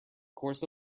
course